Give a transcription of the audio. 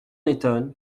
étonne